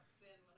sin